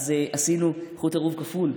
עשינו חוט עירוב כפול,